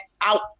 out